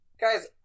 guys